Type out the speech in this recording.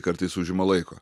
kartais užima laiko